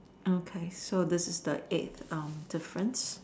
okay so this is the eighth um difference